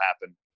happen